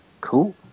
Cool